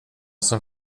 som